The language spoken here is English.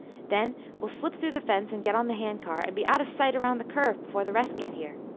then we'll slip through the fence and get on the hand-car, and be out of sight around the curve before the rest get here.